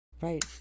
Right